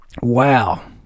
Wow